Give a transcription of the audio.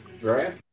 Right